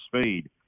speed